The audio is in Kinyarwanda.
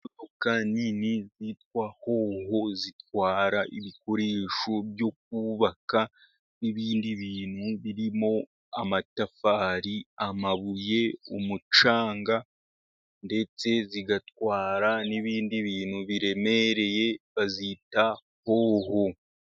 Imodoka ka nini zitwa Hoho zitwara ibikoresho byo kubaka, n'ibindi bintu birimo amatafari, amabuye, umucanga, ndetse zigatwara n'ibindi bintu biremereye, bazita Hoho.